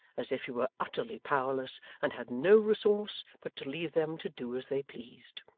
as if he were utterly powerless and had no resource but to leave them to do as they pleased.